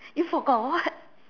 you forgot what